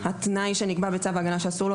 התנאי שנקבע בצו ההגנה הוא שאסור לו